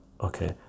okay